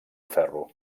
ferro